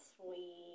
sweet